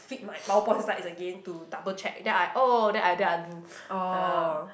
flip my PowerPoint slides again to double check then I oh then I then I do ya